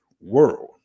world